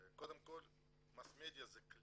קודם כל mass media הוא כלי,